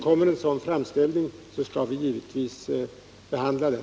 Kommer en sådan framställning skall vi givetvis behandla den.